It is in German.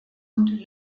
und